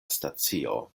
stacio